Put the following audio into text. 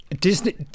Disney